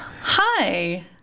Hi